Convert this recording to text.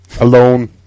alone